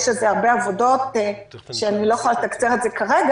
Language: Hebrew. יש על זה הרבה עבודות שאני לא יכולה לתקצר את זה כרגע,